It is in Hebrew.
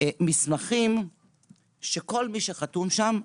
מסמכים שכל מי שחתום שם,